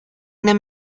them